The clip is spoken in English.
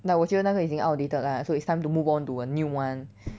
but 我觉得那个已经 using outdated lah so it's time to move on to a new one